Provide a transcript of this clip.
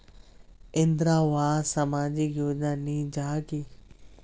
इंदरावास सामाजिक योजना नी जाहा की?